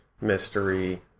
mystery